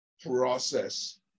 process